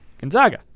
Gonzaga